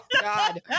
God